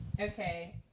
Okay